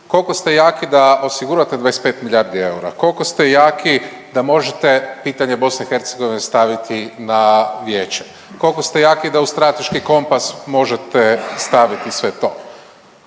Koliko ste jaki da osigurate 25 milijardi eura, koliko ste jaki da možete pitanje Bosne i Hercegovine staviti na Vijeće, koliko ste jaki da u strateški kompas možete staviti sve to.